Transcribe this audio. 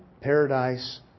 paradise